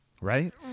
right